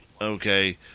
okay